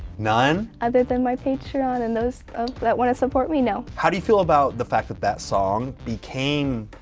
none. i bet then my patreon and those that want to support me no, how do you feel about the fact that that song became?